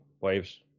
waves